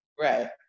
right